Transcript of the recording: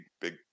big